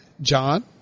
John